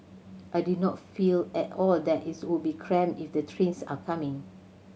I did not feel at all that it's would be cramped if the trains are coming